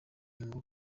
ngo